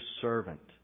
servant